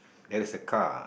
there is a car